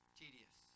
tedious